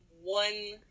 one